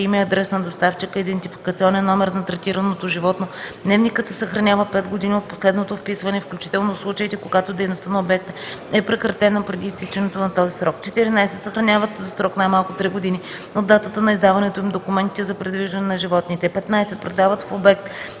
име и адрес на доставчика, идентификационен номер на третираното животно; дневникът се съхранява 5 години от последното вписване, включително в случаите, когато дейността на обекта е прекратена преди изтичането на този срок; 14. съхраняват за срок най-малко три години от датата на издаването им документите за придвижване на животните; 15. предават в обект